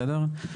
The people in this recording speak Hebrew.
בסדר?